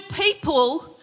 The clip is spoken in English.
people